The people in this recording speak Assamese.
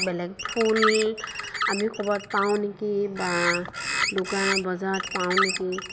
বেলেগ ফুল আমি ক'ৰবাত পাওঁ নেকি বা দোকানত বজাৰত পাওঁ নেকি